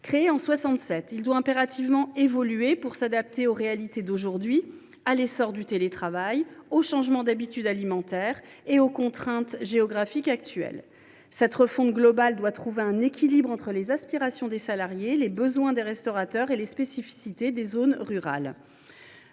Créé en 1967, ce titre doit impérativement évoluer pour s’adapter aux réalités d’aujourd’hui, à l’essor du télétravail, aux changements d’habitudes alimentaires et aux contraintes géographiques actuelles. Cette refonte globale doit trouver un équilibre entre les aspirations des salariés, les besoins des restaurateurs et les spécificités des zones rurales.